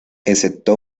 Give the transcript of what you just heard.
excepto